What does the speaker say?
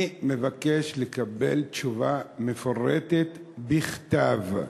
אני מבקש לקבל תשובה מפורטת בכתב,